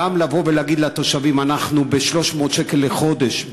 גם לבוא ולהגיד לתושבים: ב-300 שקל לחודש,